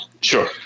sure